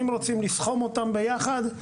אם רוצים לסכום אותם ביחד,